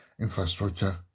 infrastructure